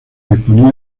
disponía